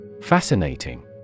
Fascinating